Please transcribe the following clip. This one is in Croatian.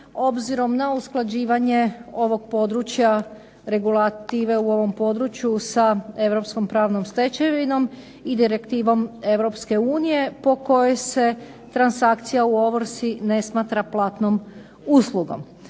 obzirom na usklađivanje ovog područja regulative u ovom području sa europskom pravnom stečevinom i direktivom Europske unije po kojoj se transakcija u ovrsi ne smatra platnom uslugom.